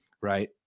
Right